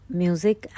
music